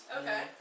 Okay